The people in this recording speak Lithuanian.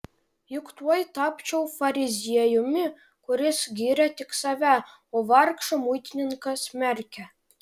juk tuoj tapčiau fariziejumi kuris giria tik save o vargšą muitininką smerkia